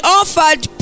offered